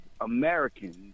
Americans